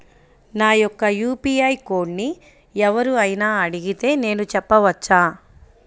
నా యొక్క యూ.పీ.ఐ కోడ్ని ఎవరు అయినా అడిగితే నేను చెప్పవచ్చా?